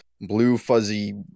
blue-fuzzy